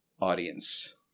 audience